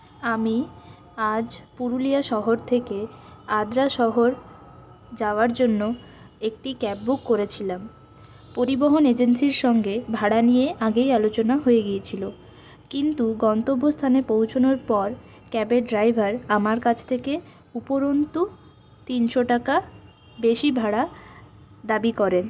আমি আজ পুরুলিয়া শহর থেকে আদ্রা শহর যাওয়ার জন্য একটি ক্যাব বুক করেছিলাম পরিবহন এজেন্সির সঙ্গে ভাড়া নিয়ে আগেই আলোচনা হয়ে গিয়েছিল কিন্তু গন্তব্যস্থানে পৌঁছোনোর পর ক্যাবের ড্রাইভার আমার কাছ থেকে উপরন্তু তিনশো টাকা বেশি ভাড়া দাবি করে